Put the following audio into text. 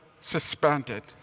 suspended